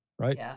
right